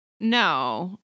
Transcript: No